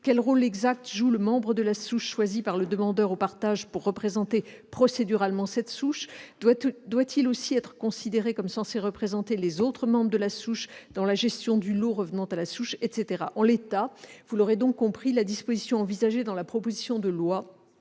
Quel rôle exact joue le membre de la souche choisi par le demandeur au partage pour représenter procéduralement cette souche ? Doit-il aussi être considéré comme représentant d'autres membres de la souche dans la gestion du lot revenant à celle-ci, etc. ? En l'état, vous l'aurez compris, la disposition envisagée dans la proposition de loi